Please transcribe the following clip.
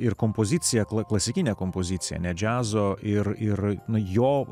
ir kompoziciją akla klasikinė kompozicija ne džiazo ir ir jo